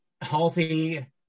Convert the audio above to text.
Halsey